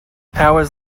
hours